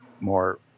more